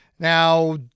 Now